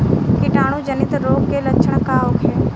कीटाणु जनित रोग के लक्षण का होखे?